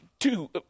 two